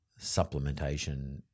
supplementation